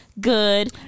good